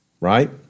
right